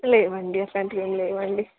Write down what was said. లేవండి అట్లాంటి ఏం లేవండి